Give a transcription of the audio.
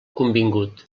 convingut